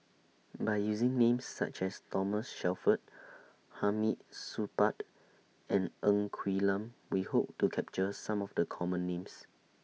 By using Names such as Thomas Shelford Hamid Supaat and Ng Quee Lam We Hope to capture Some of The Common Names